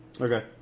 Okay